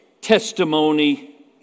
testimony